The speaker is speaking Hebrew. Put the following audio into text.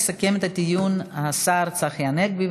יסכם את הדיון השר צחי הנגבי,